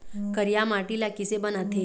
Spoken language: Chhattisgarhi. करिया माटी ला किसे बनाथे?